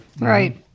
Right